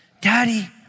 Daddy